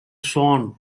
sworn